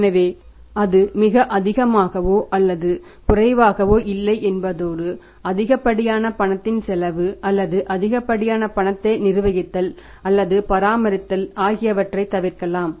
எனவே அது மிக அதிகமாகவோ அல்லது மிகக் குறைவாகவோ இல்லை என்பதோடு அதிகப்படியான பணத்தின் செலவு அல்லது அதிகப்படியான பணத்தை நிர்வகித்தல் அல்லது பராமரித்தல் ஆகியவற்றைத் தவிர்க்கலாம்